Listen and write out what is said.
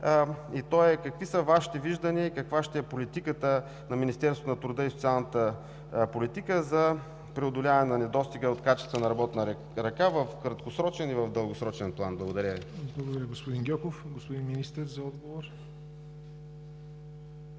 и той е: какви са Вашите виждания и каква ще е политиката на Министерството на труда и социалната политика за преодоляване на недостига от качествена работна ръка в краткосрочен и в дългосрочен план? Благодаря Ви. ПРЕДСЕДАТЕЛ ЯВОР НОТЕВ: Благодаря, господин Гьоков. Господин Министър, имате